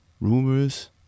Rumors